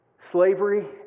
Slavery